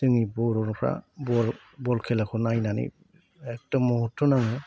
जोंनि बर'फ्रा बल खेलाखौ नायनानै एकदम महथ' नाङो